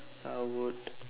I would